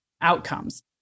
outcomes